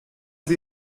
sie